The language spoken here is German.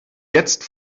jetzt